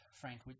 Frank